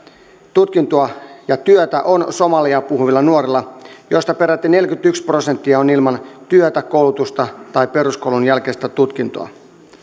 tutkintoa ja työtä on somaliaa puhuvilla nuorilla joista peräti neljäkymmentäyksi prosenttia on ilman työtä koulutusta tai peruskoulun jälkeistä tutkintoa